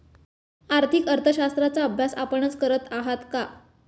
आर्थिक अर्थशास्त्राचा अभ्यास आपणच करत आहात का?